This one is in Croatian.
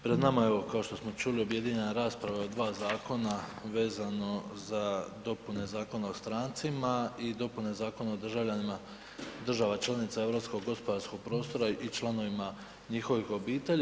Pred nama je evo kao što smo čuli objedinjena rasprava o dva zakona vezano za dopune Zakona o strancima i dopune Zakona o državljanima država članica Europskog gospodarskog prostora i članovima njihovih obitelji.